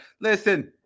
Listen